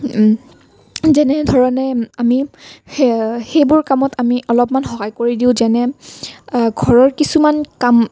যেনে ধৰণে আমি সেই সেইবোৰ কামত অলপমান সহায় কৰি দিওঁ যেনে ঘৰৰ কিছুমান কাম